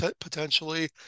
potentially